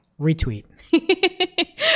Retweet